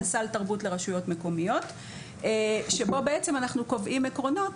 זה סל תרבות לרשויות מקומיות שבו בעצם אנחנו קובעים עקרונות